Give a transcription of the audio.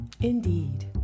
Indeed